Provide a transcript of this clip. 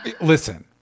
Listen